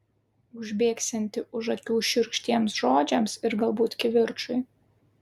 užbėgsianti už akių šiurkštiems žodžiams ir galbūt kivirčui